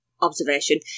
observation